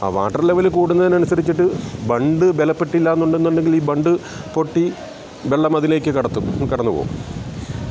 ആ water level കൂടുന്നതിനനുസരിച്ചിട്ട് bund ബലപ്പെട്ടില്ലായെന്നുണ്ടെങ്കിൽ ഈ ബണ്ട് പൊട്ടി വെള്ളം അതിലേക്ക് കടത്തും കടന്നുപോകും